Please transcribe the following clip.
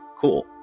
cool